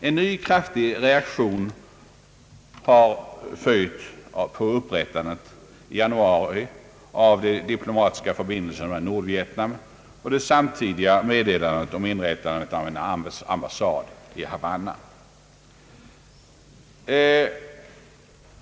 En ny kraftig reaktion har följt på upprättandet i januari av diplomatiska förbindelser med Nordvietnam och det samtidiga meddelandet om inrättandet av en ambassad i Havanna.